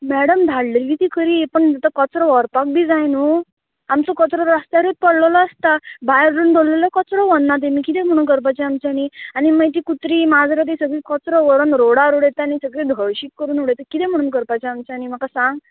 madam धाडलेली ती खरी पण कचरो व्हरपाक बी जाय न्हू आमचो कचरो रस्त्यारूत पडलोलो आसता भायर रोवन दवरलेलो कचरो व्हरना तेमी किदें म्हणून करपाचें आमच्यानी आनी मागीर ती कुत्री माजरां ती सगळीं कचरो व्हरून रोडार उडयता आनी सगळीं हळशीक करून उडयता किदें म्हणून करपाचें आमच्यानी म्हाका सांग